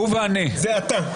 זה אתה.